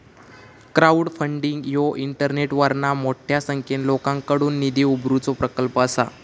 crowdfunding ह्यो इंटरनेटवरना मोठ्या संख्येन लोकांकडुन निधी उभारुचो प्रकल्प असा